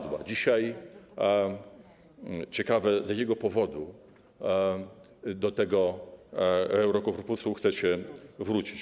Dzisiaj ciekawe, z jakiego powodu do tego Eurokorpusu chcecie wrócić.